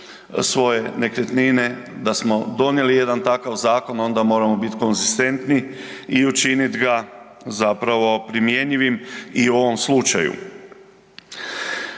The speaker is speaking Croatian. svoje nekretnine, da smo donijeli jedan takav zakon, onda moramo biti konzistentni i učinit ga zapravo primjenjivim i u ovom slučaju.